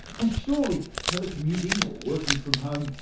and surely telecommuting, or working from home,